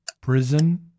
Prison